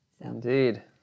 Indeed